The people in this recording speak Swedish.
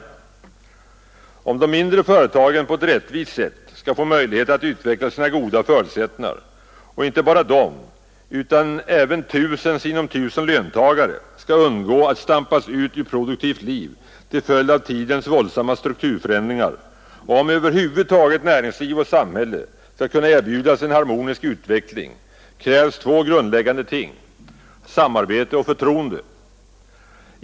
För att de mindre företagen på ett rättvist sätt skall få möjligheter att utveckla sina goda förutsättningar, för att inte bara företagen utan även tusen sinom tusen löntagare skall undgå att stampas ut ur produktivt liv till följd av tidens våldsamma strukturförändringar, och för att näringsliv och samhälle över huvud taget skall kunna erbjudas en harmonisk utveckling krävs två grundläggande ting: samarbete och förtroende.